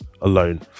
alone